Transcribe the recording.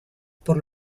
por